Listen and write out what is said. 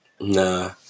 nah